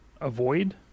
avoid